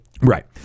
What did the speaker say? Right